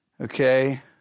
Okay